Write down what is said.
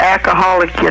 Alcoholic